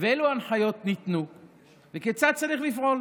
ואילו הנחיות ניתנו וכיצד צריך לפעול.